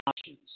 options